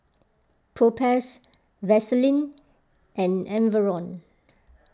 Propass Vaselin and Enervon